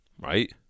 right